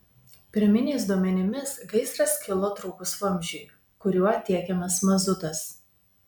pirminiais duomenimis gaisras kilo trūkus vamzdžiui kuriuo tiekiamas mazutas